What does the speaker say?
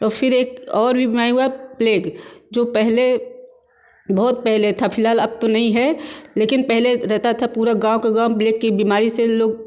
तो फिर एक और भी बीमारी हुआ प्लेग जो पहले बहुत पहले था फिलहाल अब तो नहीं है लेकिन पहले रहता था पूरा गाँव का गाँव प्लेग बीमारी से लोग